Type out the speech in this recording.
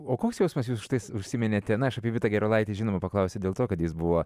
o koks jausmas jūs štai užsiminėte na aš vytą gerulaitį žinoma paklausiau dėl to kad jis buvo